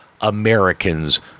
Americans